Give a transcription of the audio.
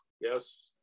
yes